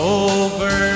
over